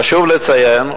חשוב לציין,